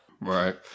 Right